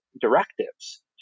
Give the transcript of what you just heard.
directives